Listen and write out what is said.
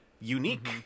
unique